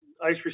ice